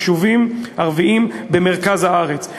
יישובים ערביים במרכז הארץ.